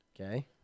Okay